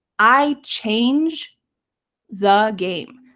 i changed the game.